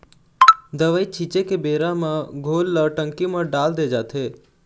दवई छिंचे के बेरा म घोल ल टंकी म डाल दे जाथे